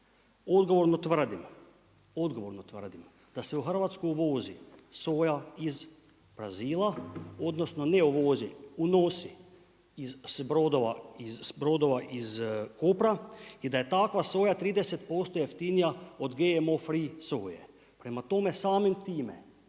odgovorno tvrdim da se u Hrvatsku uvozi soja iz Brazila, odnosno ne uvozi, unosi s brodova iz Kopra i da je takva soja 30% jeftinija od GMO free soje. Prema tome, samim time